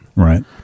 Right